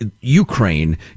Ukraine